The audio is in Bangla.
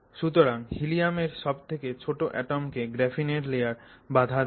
সুতরাং হীলিয়াম্ এর সব থেকে ছোট অ্যাটম কে গ্রাফিনের লেয়ার বাধা দেয়